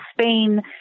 Spain